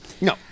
No